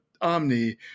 Omni